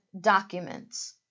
documents